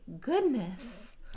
goodness